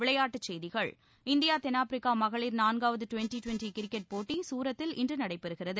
விளையாட்டுச்செய்திகள் இந்தியா தென்னாப்பிரிக்கா மகளிர் நான்காவது ட்வெண்ட்டி ட்வெண்ட்டி கிரிக்கெட் போட்டி சூரத்தில் இன்று நடைபெறுகிறது